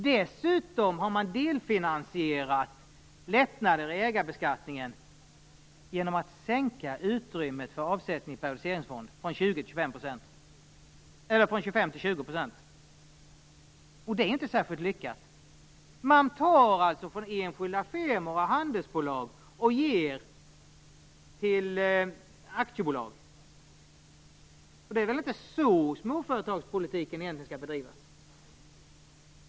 Dessutom har man delfinansierat lättnader i ägarbeskattningen genom att minska utrymmet för avsättning för periodiseringsfond från 25 % till 20 %. Det är inte särskilt lyckat. Man tar alltså från enskilda firmor och handelsbolag och ger till aktiebolag. Det är väl inte på det sättet som småföretagspolitiken skall bedrivas?